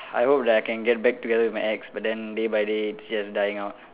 I hope that I can get back together with my ex but then day by day it's just dying out